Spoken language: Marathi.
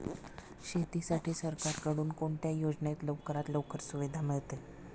शेतीसाठी सरकारकडून कोणत्या योजनेत लवकरात लवकर सुविधा मिळते?